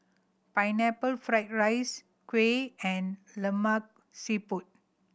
Pineapple Fried rice kuih and Lemak Siput